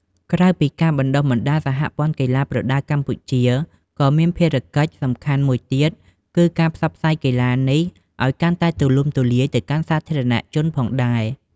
ក្រៅពីការបណ្តុះបណ្តាល សហព័ន្ធកីឡាប្រដាល់កម្ពុជា ក៏មានភារកិច្ចសំខាន់មួយទៀតគឺការផ្សព្វផ្សាយកីឡានេះឲ្យកាន់តែទូលំទូលាយទៅកាន់សាធារណជនផងដែរ។